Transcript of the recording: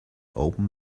open